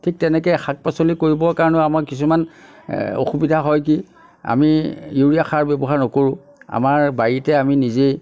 ঠিক তেনেকৈ শাক পাচলি কৰিবৰ কাৰণেও আমাক কিছুমান অসুবিধা হয় কি আমি ইউৰিয়া সাৰ ব্য়ৱহাৰ নকৰোঁ আমাৰ বাৰীতে আমি নিজেই